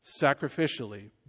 Sacrificially